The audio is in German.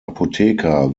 apotheker